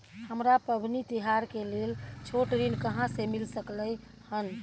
हमरा पबनी तिहार के लेल छोट ऋण कहाँ से मिल सकलय हन?